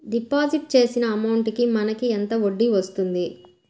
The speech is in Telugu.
డిపాజిట్ చేసిన అమౌంట్ కి మనకి ఎంత వడ్డీ వస్తుంది?